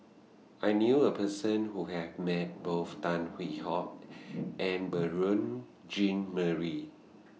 I knew A Person Who has Met Both Tan Hwee Hock and Beurel Jean Marie